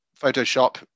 Photoshop